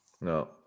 no